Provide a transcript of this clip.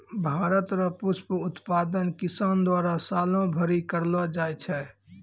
भारत रो पुष्प उत्पादन किसान द्वारा सालो भरी करलो जाय छै